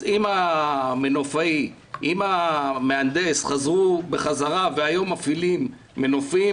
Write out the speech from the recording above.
אז אם המנופאי והמהנדס חזרו לעבוד היום בשוק והיום מפעילים מנופים